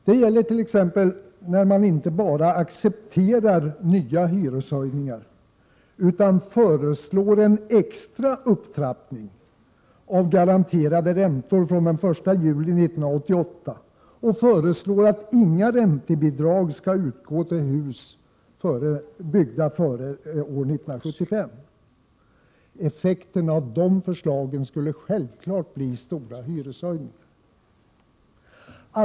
Det gäller t.ex. när man inte bara accepterar nya hyreshöjningar utan föreslår en extra upptrappning av garanterade räntor att gälla från den 1 juli 1988 och vidare föreslår att inga räntebidrag skall utgå till hus byggda före år 1975. Effekten av dessa förslag skulle självfallet bli stora hyreshöjningar.